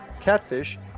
catfish